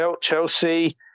Chelsea